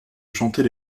chanter